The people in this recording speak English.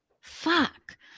fuck